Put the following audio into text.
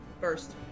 First